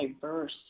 diverse